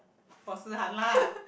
for Si-Han lah